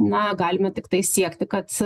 na galima tiktai siekti kad